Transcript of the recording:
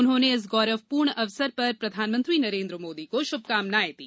उन्होंने इस गौरवपूर्ण अवसर पर प्रधानमंत्री नरेन्द्र मोदी को शुभकामनाएं दी